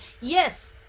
yes